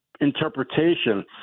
interpretation